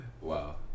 Wow